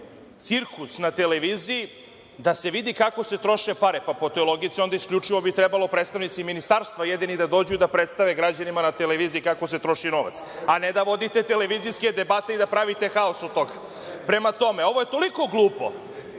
cirkus na televiziji, da se vidi kako se troše pare. Po toj logici onda isključivo bi trebalo predstavnici ministarstva jedini da dođu i da predstave građanima na televiziji kako se troši novac, a ne da vodite televizijske debate i da pravite haos od toga. Prema tome, ovo je toliko glupo,